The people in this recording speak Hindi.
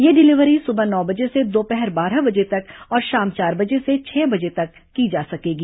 यह डिलीवरी सुबह नौ बजे से दोपहर बारह बजे तक और शाम चार बजे से छह बजे तक की जा सकेगी